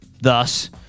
thus